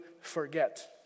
forget